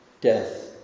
Death